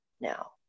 now